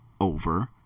over